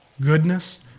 goodness